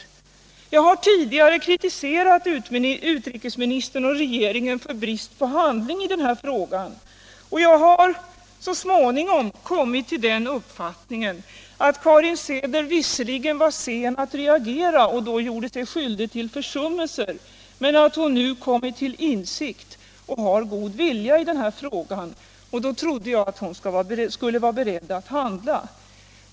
Tidigare har jag kritiserat utrikesministern och regeringen för brist på handling i den här frågan, och jag har så småningom kommit till den uppfattningen att Karin Söder visserligen var sen att reagera och då gjorde sig skyldig till försummelser, men att hon nu kommit till insikt och har god vilja i den här frågan. Då trodde jag att hon skulle vara beredd att handla.